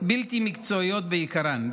בידיים בלתי מקצועיות בעיקרן,